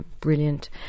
brilliant